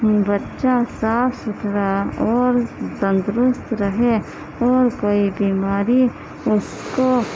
بچہ صاف ستھرا اور تندرست رہے اور کوئی بیماری اس کو